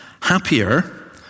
happier